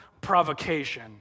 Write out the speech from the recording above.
provocation